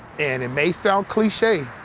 and it may sound cliche,